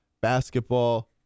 basketball